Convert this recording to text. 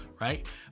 Right